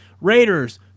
Raiders